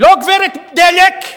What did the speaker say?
לא גברת דלק,